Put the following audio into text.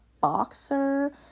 boxer